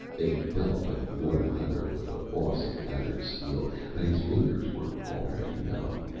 a belt of worn leather with a boss of battered steel. but his fingers were already numb.